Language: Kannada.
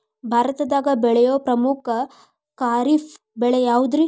ಭಾರತದಾಗ ಬೆಳೆಯೋ ಪ್ರಮುಖ ಖಾರಿಫ್ ಬೆಳೆ ಯಾವುದ್ರೇ?